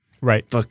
Right